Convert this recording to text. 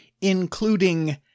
including